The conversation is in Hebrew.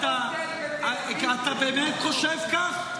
אתה באמת חושב כך?